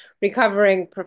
recovering